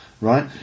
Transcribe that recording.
right